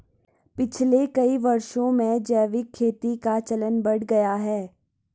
पिछले कई वर्षों में जैविक खेती का चलन बढ़ गया है